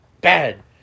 Bad